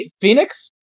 Phoenix